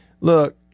look